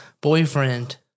boyfriend